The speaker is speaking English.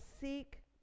seek